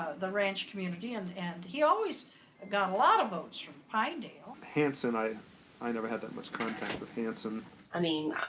the ranch community. and, and he also got a lot of votes from pinedale. hansen, i i never had that much contact with hansen. i mean,